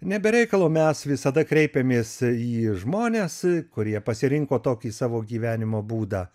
ne be reikalo mes visada kreipiamės į žmones kurie pasirinko tokį savo gyvenimo būdą